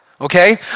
Okay